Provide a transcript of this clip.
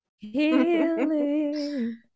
Healing